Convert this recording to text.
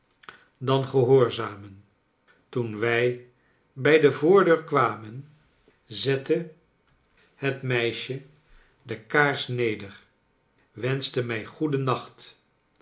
dan gehoorzamen toen wij bij de voordeur kwamen zette het meisje de kaars neder wenschte mij goeden nacht